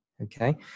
okay